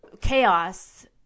chaos